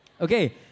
Okay